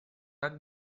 так